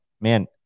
man